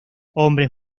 hombres